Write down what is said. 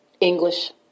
English